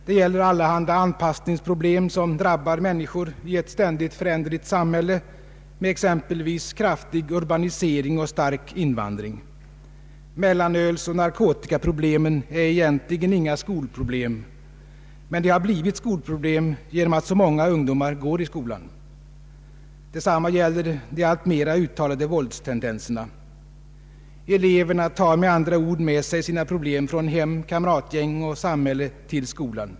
Det gäller allehanda anpassningsproblem som drabbar människor i ett ständigt föränderligt samhälle med exempelvis kraftig urbanisering och stark invandring. Mellanölsoch narkotikaproblemen är egentligen inga skolproblem men har blivit detta genom att så många ungdomar går i skolan. Detsamma gäller de alltmer uttalade våldstendenserna. Eleverna tar med andra ord med sig sina problem från hem, kamratgäng och samhälle till skolan.